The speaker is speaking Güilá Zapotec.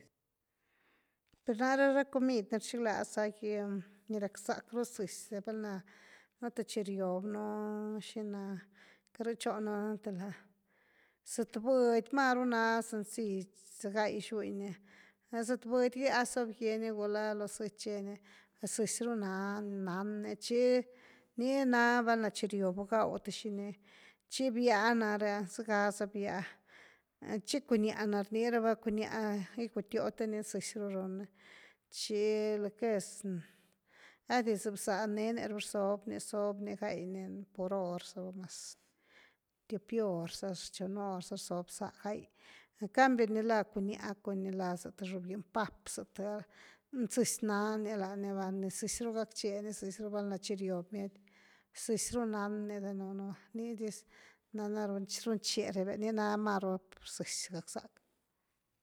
Per nare ra comi dni rchiglaza gy ni rack zack ru zëzy, velna nú th chi riob nú, xina, carhë chionu a, nú th lath, zëtbudy ni na sencill gai xuny ni, zëtbudy gy a zob gye ni gula lo zëty che ni, zëzy runan ni chi ni nani val’na riobu gaw th xini, tchi bya nare’a zëga za bya, tchi cuñah na rni raba cuñah gicuatio te ni zëzy ru run ni tchi lo que es einty za bza neny ru rzob ni, zób ni gai ni por hor mas tiop hor, chon hor zob bzá gai, en cambio ni lá cuñah, cuñah laz th xobginy pap za th ah zëzy nan ni la ni va. zëzy ru gackche ni va valna za chi riob bmiety, zëzy ru nany danunú va, ni dis nana runche rebia, ni na maru zëzy gackzack.